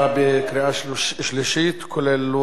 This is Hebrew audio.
כולל לוח התיקונים לסעיף 5,